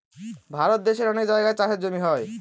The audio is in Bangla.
ভারত দেশের অনেক জায়গায় চাষের জমি হয়